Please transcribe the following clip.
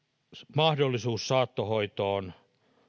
mahdollisuuden saattohoitoon